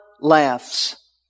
laughs